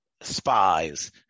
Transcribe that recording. spies